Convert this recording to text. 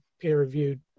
peer-reviewed